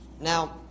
Now